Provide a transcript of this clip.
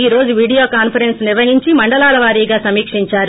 ఈ రోజు video conference నిర్వహించి మండలాల వారీగా సమీక్షంచారు